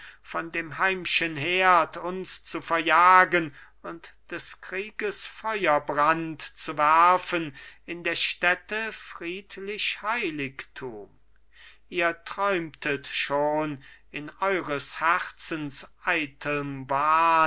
von dem heimschen herd uns zu verjagen und des krieges feuerbrand zu werfen in der städte friedlich heiligtum ihr träumtet schon in eures herzens eitelm wahn